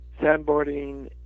sandboarding